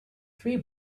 three